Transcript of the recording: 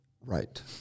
Right